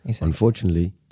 Unfortunately